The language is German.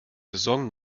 saison